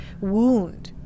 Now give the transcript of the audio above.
wound